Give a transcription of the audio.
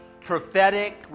Prophetic